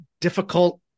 difficult